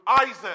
Isaac